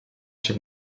się